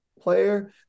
player